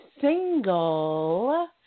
single